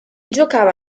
giocava